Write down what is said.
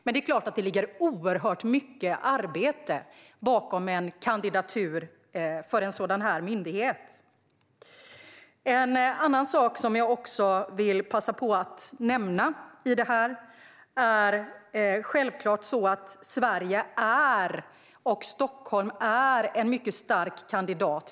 Men det är klart att det ligger oerhört mycket arbete bakom en kandidatur för en sådan här myndighet. En annan sak som jag vill passa på att nämna i detta är att Sverige och Stockholm är en mycket stark kandidat.